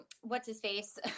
what's-his-face